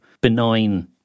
benign